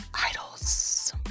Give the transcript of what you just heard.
idols